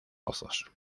pozos